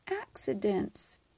accidents